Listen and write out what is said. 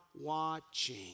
watching